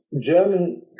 German